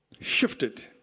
shifted